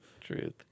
Truth